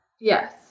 Yes